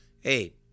Hey